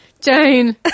Jane